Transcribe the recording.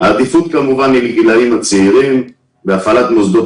העדיפות היא לגילאים הצעירים בהפעלת מוסדות